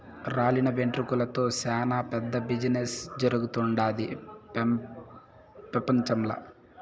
రాలిన వెంట్రుకలతో సేనా పెద్ద బిజినెస్ జరుగుతుండాది పెపంచంల